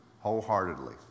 wholeheartedly